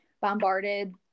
bombarded